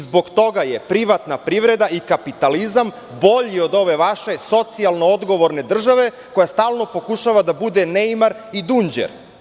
Zbog toga je privatna privreda i kapitalizam bolji od ove vaše socijalno odgovorne države koja stalno pokušava da bude neimar i dunđer.